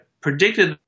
predicted